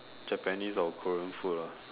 Japanese or Korean food ah